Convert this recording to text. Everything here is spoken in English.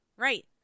Right